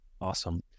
Awesome